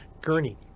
Gurney